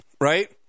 right